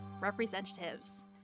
representatives